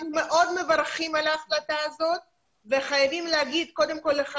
אנחנו מאוד מברכים על ההחלטה הזאת וחייבים להגיד קודם כל לך,